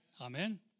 Amen